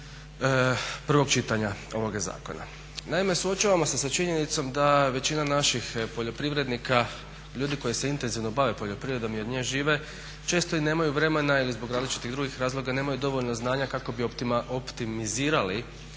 prvog čitanja ovog zakona. Naime, suočavamo se sa činjenicom da većina naših poljoprivrednika ljudi koji se intenzivno bave poljoprivredom i od nje žive često i nemaju vremena ili zbog različitih drugih razloga nemaju dovoljno znanja kako bi optimizirali